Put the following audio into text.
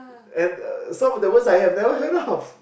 and uh some of the words I have never heard of